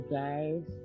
guys